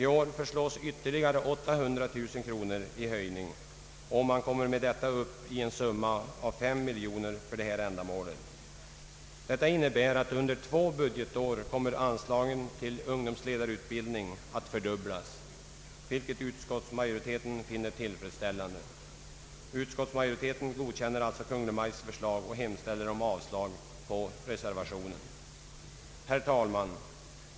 I år föreslås en höjning om ytterligare 800000 kronor, och man kommer med detta upp till en summa av 5 miljoner kronor för detta ändamål. Det innebär att under två budgetår anslagen till ungdomsledarutbildningen kommer att fördubblas, vilket utskottsmajoriteten finner tillfredsställande. Utskottsmajoriteten godkänner alltså Kungl. Maj:ts förslag och hemställer om avslag på reservationen. Herr talman!